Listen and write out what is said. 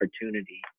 opportunity